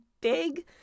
big